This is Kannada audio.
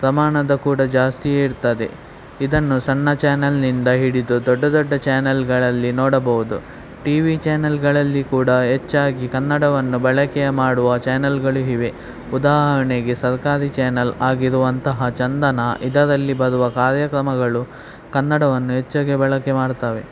ಪ್ರಮಾಣ ಕೂಡ ಜಾಸ್ತಿಯೇ ಇರ್ತದೆ ಇದನ್ನು ಸಣ್ಣ ಚ್ಯಾನೆಲ್ನಿಂದ ಹಿಡಿದು ದೊಡ್ಡ ದೊಡ್ಡ ಚ್ಯಾನೆಲ್ಗಳಲ್ಲಿ ನೋಡಬಹುದು ಟಿ ವಿ ಚ್ಯಾನೆಲ್ಗಳಲ್ಲಿ ಕೂಡ ಹೆಚ್ಚಾಗಿ ಕನ್ನಡವನ್ನು ಬಳಕೆ ಮಾಡುವ ಚ್ಯಾನೆಲ್ಗಳು ಇವೆ ಉದಾಹರಣೆಗೆ ಸರ್ಕಾರಿ ಚ್ಯಾನೆಲ್ ಆಗಿರುವಂತಹ ಚಂದನ ಇದರಲ್ಲಿ ಬರುವ ಕಾರ್ಯಕ್ರಮಗಳು ಕನ್ನಡವನ್ನು ಹೆಚ್ಚಾಗಿ ಬಳಕೆ ಮಾಡ್ತವೆ